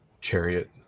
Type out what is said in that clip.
chariot